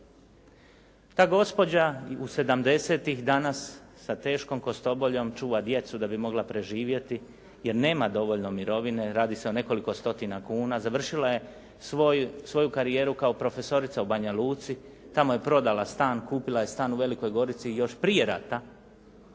u, sedamdesetih danas sa teškom kostoboljom čuva djecu da bi mogla preživjeti jer nema dovoljno mirovine. Radi se o nekoliko stotina kuna. Završila je svoju karijeru kao profesorica u Banja Luci. Tamo je prodala stan, kupila je stan u Velikoj Gorici još prije rata.